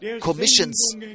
commissions